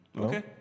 Okay